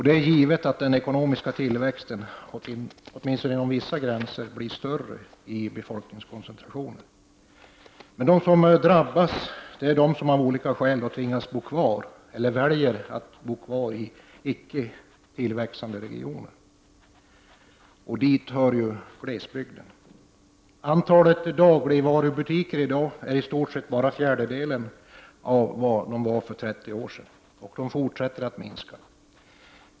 Det är givet att den ekonomiska tillväxten, åtminstone inom vissa gränser, blir större där det finns befolkningskoncentrationer. Men de som drabbas är de som av olika skäl tvingas eller väljer att bo kvar i icke tillväxande regioner, och dit räknas glesbygden. Antalet dagligvarubutiker är i dag i stort sett bara en fjärdedel av antalet för 30 år sedan, och det fortsätter att minska.